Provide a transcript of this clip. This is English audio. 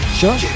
sure